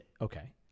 Okay